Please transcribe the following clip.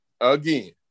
again